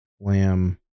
lamb